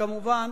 כמובן,